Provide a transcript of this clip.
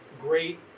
great